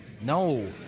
No